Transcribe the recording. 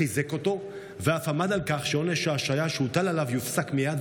חיזק אותו ואף עמד על כך שעונש ההשעיה שהוטל עליו יופסק מייד,